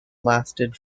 lasted